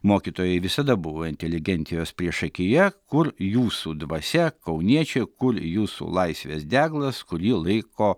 mokytojai visada buvo inteligentijos priešakyje kur jūsų dvasia kauniečiai kur jūsų laisvės deglas kurį laiko